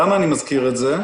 למה אני מזכיר את זה?